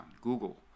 Google